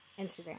Instagram